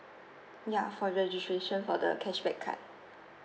ya for registration for the cashback card